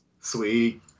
Sweet